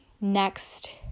next